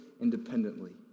independently